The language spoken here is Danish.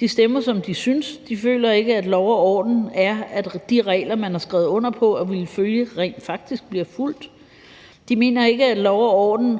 De stemmer, ud fra hvad de synes. De føler ikke, at lov og orden er, at de regler, man har skrevet under på at ville følge, rent faktisk skal følges. De mener ikke, at lov og orden